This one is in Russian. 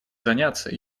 заняться